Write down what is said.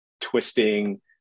twisting